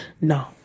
No